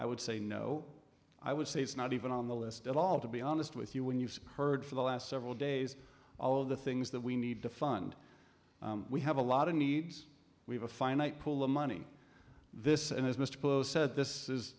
i would say no i would say it's not even on the list at all to be honest with you when you've heard for the last several days all of the things that we need to fund we have a lot of needs we have a finite pool of money this and as mr bush said this is